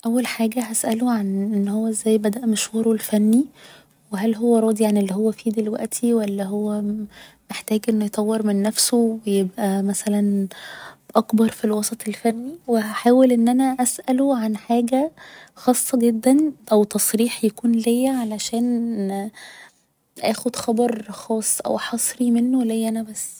اول حاجة هسأله عن ان هو ازاي بدأ مشواره الفني و هل هو راضي عن اللي هو فيه دلوقتي ولا هو محتاج انه يطور من نفسه و يبقى مثلا اكبر في الوسط الفني و هحاول ان أنا اسأله عن حاجة خاصة جدا او تصريح يكون ليا علشان اخد خبر خاص او حصري منه ليا أنا بس